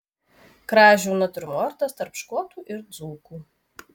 kražių natiurmortas tarp škotų ir dzūkų